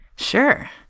Sure